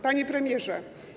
Panie Premierze!